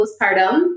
postpartum